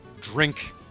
drink